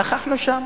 נכחנו שם